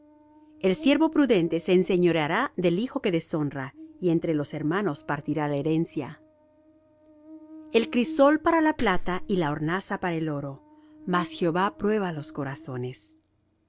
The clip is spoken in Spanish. el siervo prudente se enseñoreará del hijo que deshonra y entre los hermanos partirá la herencia el crisol para la plata y la hornaza para el oro mas jehová prueba los corazones el